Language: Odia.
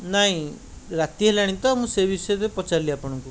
ନାହିଁ ରାତି ହେଲାଣି ତ ମୁଁ ସେହି ବିଷୟରେ ପଚାରିଲି ଆପଣଙ୍କୁ